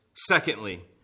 secondly